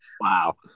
Wow